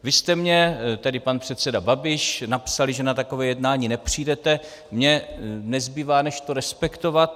Vy jste mně, tedy pan předseda Babiš, napsali, že na takové jednání nepřijdete, mně nezbývá než to respektovat.